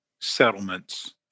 settlements